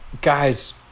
Guys